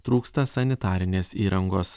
trūksta sanitarinės įrangos